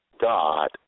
God